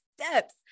steps